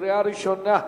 קריאה ראשונה.